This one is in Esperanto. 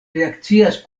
reakcias